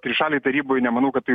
trišalėj taryboj nemanau kad tai